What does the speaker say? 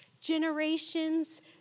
generations